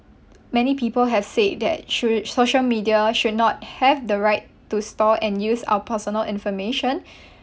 many people have said that should social media should not have the right to store and use our personal information